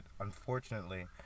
unfortunately